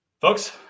Folks